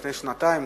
לפני שנתיים,